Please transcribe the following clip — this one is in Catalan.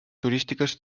turístiques